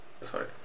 sorry